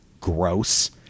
Gross